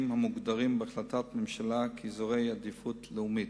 המוגדרים בהחלטת ממשלה כאזורי עדיפות לאומית.